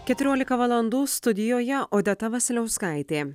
keturiolika valandų studijoje odeta vasiliauskaitė